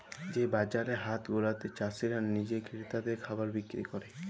যে বাজার হাট গুলাতে চাসিরা লিজে ক্রেতাদের খাবার বিক্রি ক্যরে